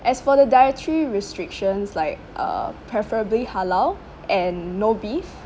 as for the dietary restrictions like uh preferably halal and no beef